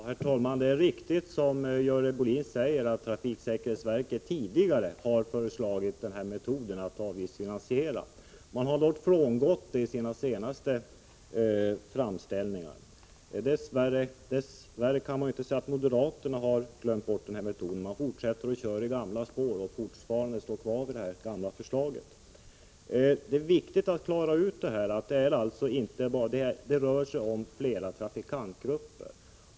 Herr talman! Det är riktigt, som Görel Bohlin säger, att trafiksäkerhetsverket tidigare har föreslagit metoden att avgiftsfinansiera. Verket har dock frångått detta i sin senaste anslagsframställning. Dess värre har inte moderaterna glömt bort detta — de fortsätter att köra i gamla spår och håller fortfarande fast vid det gamla förslaget. Det är viktigt att klara ut att det rör sig om flera trafikantgrupper.